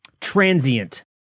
transient